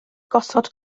gosod